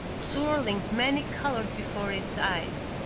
swirling many-colored before his eyes.